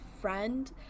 friend